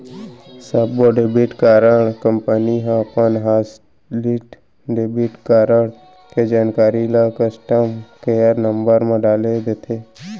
सब्बो debit card company ह अपन हॉटलिस्ट डेबिट कारड के जानकारी ल कस्टमर केयर नंबर म डाल देथे